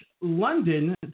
London